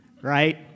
right